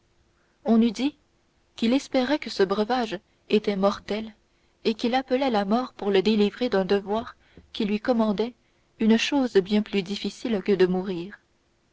on eût dit qu'il espérait que ce breuvage était mortel et qu'il appelait la mort pour le délivrer d'un devoir qui lui commandait une chose bien plus difficile que de mourir